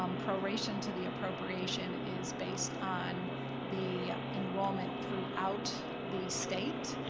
um proration to the appropriation is based on the enrollment throughout the state.